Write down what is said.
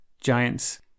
giants